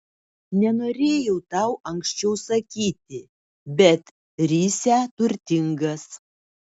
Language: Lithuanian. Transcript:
nenorėjau tau anksčiau sakyti bet risią turtingas